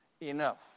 enough